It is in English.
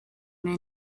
men